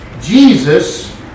Jesus